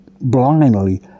blindly